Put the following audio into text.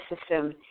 system